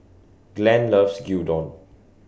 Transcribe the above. Glenn loves Gyudon